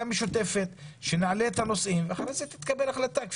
המשותפת כדי שנעלה את הנושאים ושתתקבל החלטה.